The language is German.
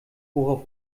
worauf